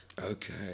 Okay